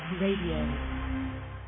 Radio